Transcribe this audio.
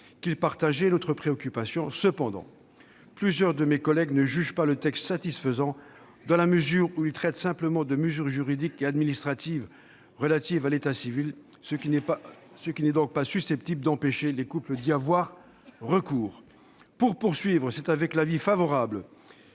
qu'il partageait notre préoccupation. Cependant, plusieurs de mes collègues ne jugent pas le texte satisfaisant dans la mesure où il traite simplement de mesures juridiques et administratives relatives à l'état civil, ce qui n'est donc pas susceptible d'empêcher les couples d'y avoir recours. Pour poursuivre, c'est avec l'avis favorable,